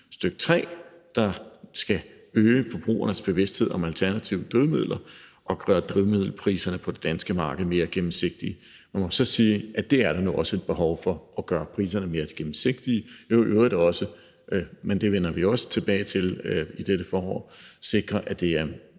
stk. 3, der skal øge forbrugernes bevidsthed om alternative drivmidler og gøre drivmiddelpriserne på det danske marked mere gennemsigtige. Man må så sige, at der nu også er et behov for at gøre priserne mere gennemsigtige og i øvrigt også at sikre – det vender vi også tilbage til i dette forår – at det er